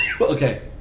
Okay